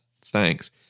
Thanks